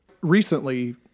recently